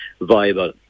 viable